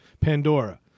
Pandora